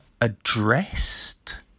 addressed